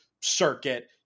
circuit